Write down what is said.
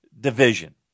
division